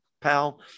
pal